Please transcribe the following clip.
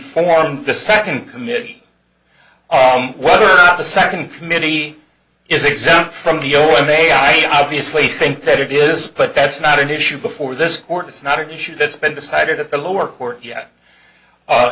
formed the second committee whether or not the second committee is exempt from the or i may i obviously think that it is but that's not an issue before this court it's not an issue that's been decided at the lower court ye